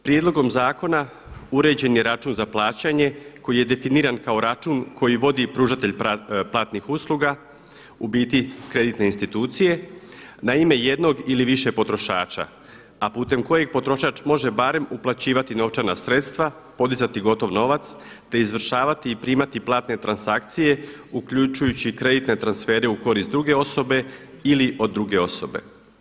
Prijedlogom zakona uređen je račun za plaćanje koji je definiran kao račun koji vodi pružatelj platnih usluga u biti kreditne institucije na ime jednog ili više potrošača a putem kojeg potrošač može barem uplaćivati novčana sredstva, podizati gotov novac te izvršavati i primati platne transakcije uključujući i kreditne transfere u korist druge osobe ili od druge osobe.